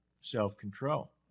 self-control